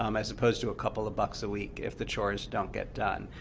um as opposed to a couple of bucks a week if the chores don't get done.